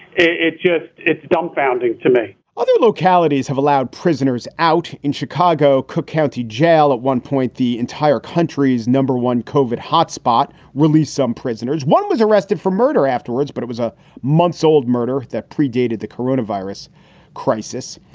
it's just ah it's dumbfounding to me other localities have allowed prisoners out in chicago, cook county jail. at one point, the entire country's number one covered hot spot released some prisoners. one was arrested for murder afterwards, but it was a months old murder that predated the corona virus crisis.